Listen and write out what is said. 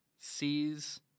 sees